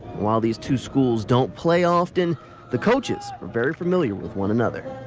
while these two schools don't play often the coach is very familiar with one another.